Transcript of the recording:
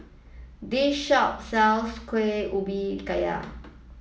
this shop sells Kueh Ubi Kayu